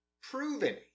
proven